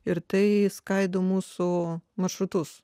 ir tai skaido mūsų maršrutus